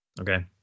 okay